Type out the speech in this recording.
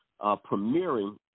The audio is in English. premiering